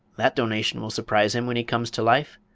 that donation will surprise him when he comes to life,